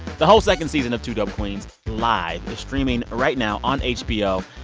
the whole second season of two dope queens live is streaming right now on hbo.